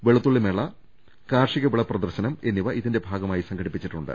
വെളുത്തുള്ളിമേള കാർഷിക വിള പ്രദർശനം എന്നിവ ഇതിന്റെ ഭാഗമായി സംഘടിപ്പിച്ചിട്ടുണ്ട്